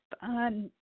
fun